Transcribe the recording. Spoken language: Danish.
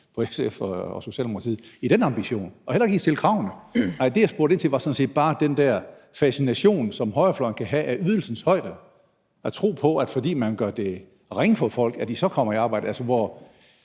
på SF og Socialdemokratiet i forhold til den ambition og heller i forhold til at stille kravene. Nej. Det, jeg spurgte ind til, var sådan set bare den der fascination, som højrefløjen kan have af ydelsens højde: at tro på, at fordi man gør det ringe for folk, kommer de i arbejde. Altså,